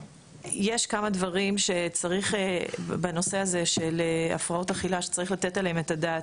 יש כמה דברים בנושא הזה של הפרעות אכילה שצריך לתת עליהם את הדעת.